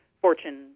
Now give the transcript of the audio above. Fortune